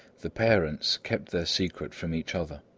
the parents kept their secret from each other.